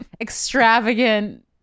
extravagant